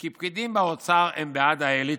כי פקידים באוצר הם בעד האליטות.